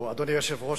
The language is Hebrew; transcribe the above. אדוני היושב-ראש,